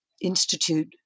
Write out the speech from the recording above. institute